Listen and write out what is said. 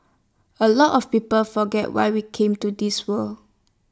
A lot of people forget why we came to this world